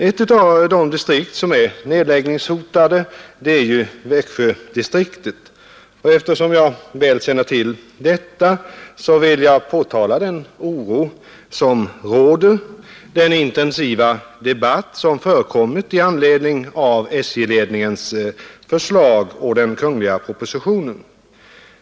Ett av de distrikt som är nedläggningshotade är Växjödistriktet. Eftersom jag väl känner till detta, vill jag påtala den oro som råder och den intensiva debatt som förekommit med anledning av SJ-ledningens förslag och den kungliga propositionen.